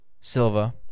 Silva